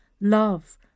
love